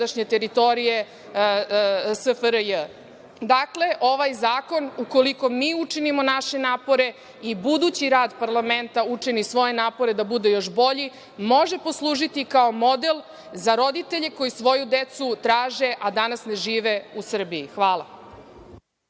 teritorije SFRJ.Dakle, ovaj zakon, ukoliko mi učinimo naše napore i budući rad parlamenta učini svoj napore da bude još bolji, može poslužiti kao model za roditelje koji svoju decu traže, a danas ne žive u Srbiji. Hvala.